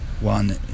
one